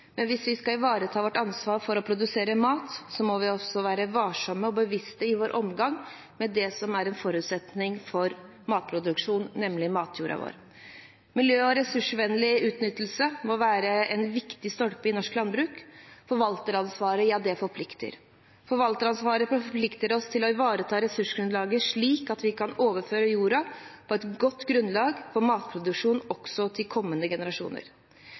Men hvis vi skal ivareta vårt ansvar for å produsere mat, må vi også være varsomme og bevisste i vår omgang med det som er en forutsetning for matproduksjon, nemlig matjorden vår. Miljø- og ressursvennlig utnyttelse må være en viktig stolpe i norsk landbruk. Forvalteransvaret forplikter. Det forplikter oss til å ivareta ressursgrunnlaget slik at vi kan overføre jorden og et godt grunnlag for matproduksjon også til kommende generasjoner.